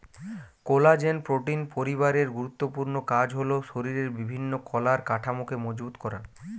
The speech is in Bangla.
কোলাজেন প্রোটিন পরিবারের গুরুত্বপূর্ণ কাজ হল শরিরের বিভিন্ন কলার কাঠামোকে মজবুত করা